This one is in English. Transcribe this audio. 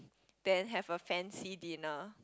then have a fancy dinner